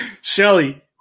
Shelly